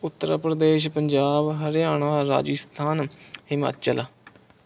Uttar Pradesh Punjab Haryana Rajasthan Himachal